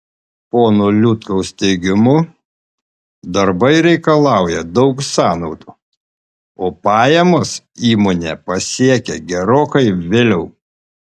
pono liutkaus teigimu darbai reikalauja daug sąnaudų o pajamos įmonę pasiekia gerokai vėliau